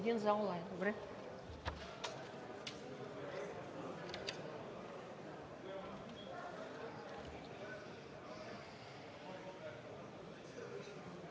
Един за онлайн, добре.